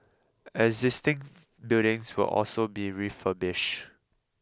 existing buildings will also be refurbished